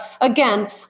again